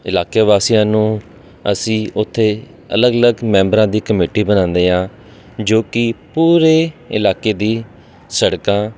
ਇਲਾਕੇ ਵਾਸੀਆਂ ਨੂੰ ਅਸੀਂ ਉੱਥੇ ਅਲੱਗ ਅਲੱਗ ਮੈਂਬਰਾਂ ਦੀ ਕਮੇਟੀ ਬਣਾਉਂਦੇ ਹਾਂ ਜੋ ਕਿ ਪੂਰੇ ਇਲਾਕੇ ਦੀ ਸੜਕਾਂ